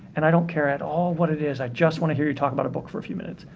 and i don't care at all what it is i just want to hear you talk about a book for a few minutes.